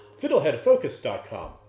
fiddleheadfocus.com